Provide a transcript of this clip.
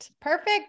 Perfect